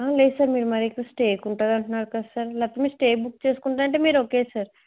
లేదు సార్ మీరు మరి ఇక్కడ స్టేకి ఉంటూ అంటున్నారు కదా సార్ లేకపోతే మీరు స్టే బుక్ చేసుకుంటాను అంటే మీరు ఓకే సార్